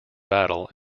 battle